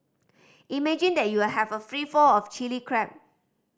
imagine that you will have a free flow of Chilli Crab